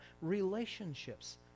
relationships